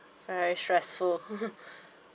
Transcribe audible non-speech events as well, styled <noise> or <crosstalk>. very stressful <laughs>